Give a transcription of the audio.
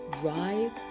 Drive